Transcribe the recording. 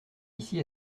ici